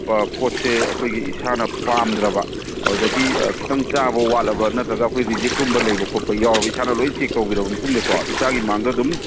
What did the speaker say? ꯄꯣꯠꯁꯦ ꯑꯩꯈꯣꯏꯒꯤ ꯏꯁꯥꯅ ꯄꯥꯝꯗ꯭ꯔꯕ ꯑꯗꯒꯤ ꯈꯤꯇꯪ ꯆꯥꯕ ꯋꯥꯠꯂꯕ ꯅꯠꯇ꯭ꯔꯒ ꯑꯩꯈꯣꯏ ꯔꯤꯖꯦꯛꯀꯨꯝꯕ ꯂꯩꯕ ꯈꯣꯠꯄ ꯌꯥꯎꯔꯕ ꯏꯁꯥꯅ ꯂꯣꯏ ꯆꯦꯛ ꯇꯧꯕꯤꯔꯕ ꯃꯇꯨꯡꯗꯀꯣ ꯏꯁꯥꯒꯤ ꯃꯥꯡꯗꯗꯨꯝ